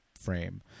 frame